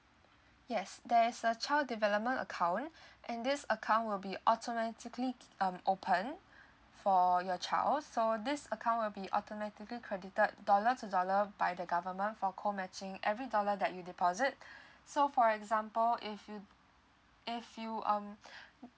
yes there's a child development account and this account will be automatically um open for your child so this account be automatically credited dollar to dollar by the government for co matching every dollar that you deposit so for example if you if you um